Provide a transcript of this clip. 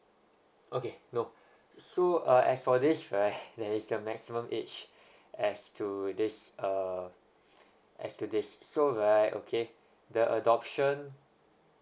okay no so uh as for this right there is a maximum age as to days err as today's so right okay the adoption